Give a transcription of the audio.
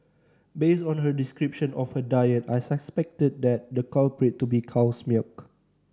based on her description of her diet I suspected that the culprit to be cow's milk